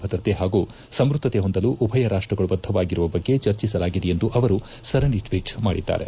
ಭದ್ರತೆ ಹಾಗೂ ಸಮ್ನದ್ದತೆ ಹೊಂದಲು ಉಭಯ ರಾಷ್ಲಗಳು ಬದ್ಗವಾಗಿರುವ ಬಗ್ಗೆ ಚರ್ಜಿಸಲಾಗಿದೆ ಎಂದು ಅವರು ಸರಣಿ ಟ್ಲೀಟ್ ಮಾಡಿದ್ಗಾರೆ